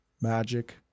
magic